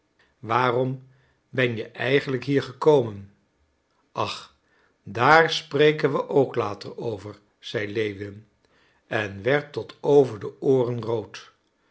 waarom ben je eigenlijk hier gekomen ach daar spreken we ook later over zeide lewin en werd tot over de ooren rood